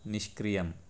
निष्क्रियम्